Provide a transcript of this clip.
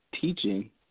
teaching